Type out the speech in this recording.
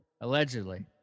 Allegedly